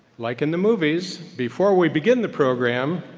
like in the movies, before we begin the program,